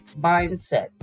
mindset